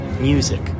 Music